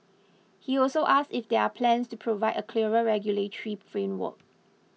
he also asked if there are plans to provide a clearer regulatory framework